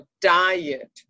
diet